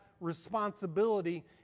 responsibility